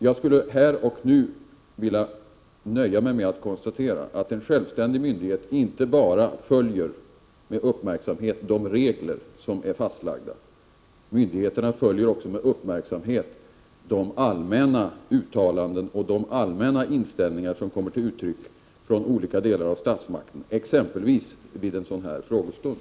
Jag skulle här och nu vilja nöja mig med att konstatera att en självständig myndighet inte bara med uppmärksamhet följer de regler som är fastlagda; den följer också med uppmärksamhet de allmänna uttalanden som görs och den allmänna inställning som kommer till uttryck från olika delar av statsmakten, exempelvis vid en sådan här frågestund.